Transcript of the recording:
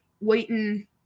waiting